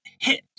hit